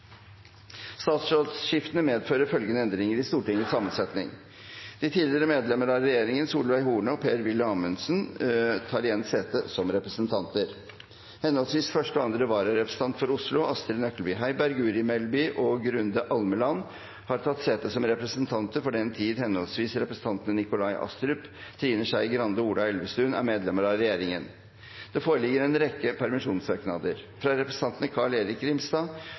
Statsrådsskiftene medfører følgende endringer i Stortingets sammensetning: De tidligere medlemmer av regjeringen, Solveig Horne og Per-Willy Amundsen , har tatt sete som representanter. Henholdsvis første og andre vararepresentant for Oslo, Astrid Nøkleby Heiberg , Guri Melby og Grunde Almeland , har tatt sete som representanter for den tid henholdsvis representantene Nikolai Astrup, Trine Skei Grande og Ola Elvestuen er medlemmer av regjeringen. Det foreligger en rekke permisjonssøknader: fra representantene Carl-Erik Grimstad